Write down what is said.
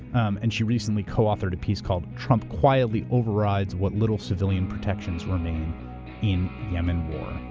um and she recently co-authored a piece called trump quietly overrides what little civilian protections remain in yemen war.